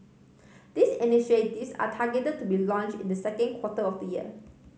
these are targeted to be launch in the second quarter of the year